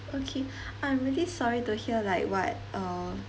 okay I'm really sorry to hear like what err